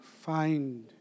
find